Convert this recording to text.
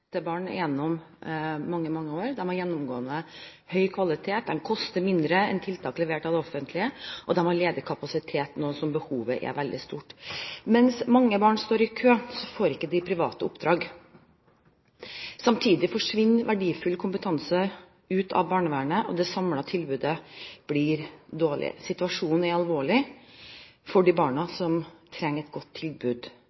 gitt til barn gjennom mange, mange år. De har gjennomgående høy kvalitet, de koster mindre enn tiltak levert av det offentlige, og de har ledig kapasitet nå som behovet er veldig stort. Mens mange barn står i kø, får ikke de private oppdrag. Samtidig forsvinner verdifull kompetanse ut av barnevernet, og det samlede tilbudet blir dårligere. Situasjonen er alvorlig for de barna